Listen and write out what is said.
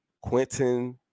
Quentin